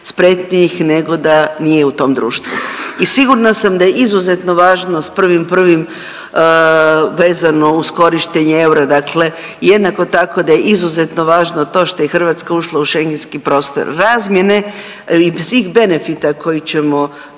spretnijih nego da nije u tom društvu. I sigurna sam da je izuzetno važno sa 1.1. vezano uz korištenje eura, dakle jednako tako da je izuzetno važno to što je Hrvatska ušla u Schengenski prostor. Razmjene svih benefita koje ćemo